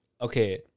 okay